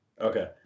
Okay